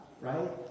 right